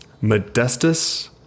Modestus